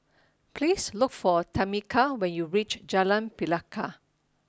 please look for Tameka when you reach Jalan Pelikat